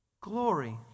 glory